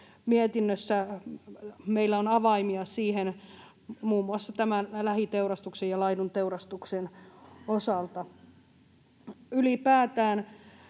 mietinnössä meillä on avaimia siihen muun muassa tämän lähiteurastuksen ja laidunteurastuksen osalta. Ylipäätään